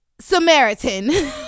Samaritan